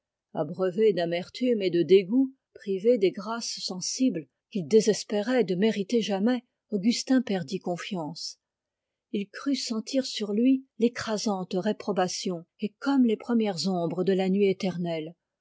abreuvé de dégoûts privé des grâces sensibles qu'il désespérait de mériter jamais augustin perdit confiance il crut sentir sur lui l'écrasante réprobation et comme les premières ombres de la nuit éternelle